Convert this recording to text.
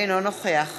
אינו נוכח